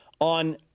on